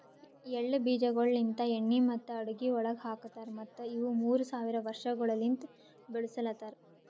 ಎಳ್ಳ ಬೀಜಗೊಳ್ ಲಿಂತ್ ಎಣ್ಣಿ ಮತ್ತ ಅಡುಗಿ ಒಳಗ್ ಹಾಕತಾರ್ ಮತ್ತ ಇವು ಮೂರ್ ಸಾವಿರ ವರ್ಷಗೊಳಲಿಂತ್ ಬೆಳುಸಲತಾರ್